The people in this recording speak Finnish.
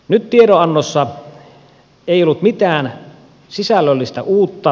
nyt tiedonannossa ei ollut mitään sisällöllistä uutta